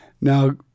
Now